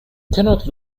cannot